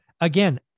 Again